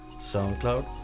SoundCloud